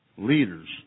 Leaders